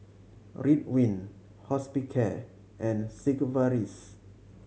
Ridwind Hospicare and Sigvaris